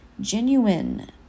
genuine